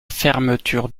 fermeture